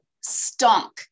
stunk